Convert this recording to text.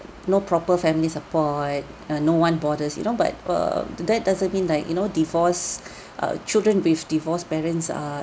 no proper family support uh no one bothers you know but um that doesn't mean like you know divorced uh children with divorced parents are